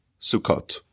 Sukkot